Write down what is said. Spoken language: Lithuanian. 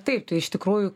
taip tai iš tikrųjų